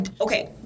okay